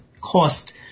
cost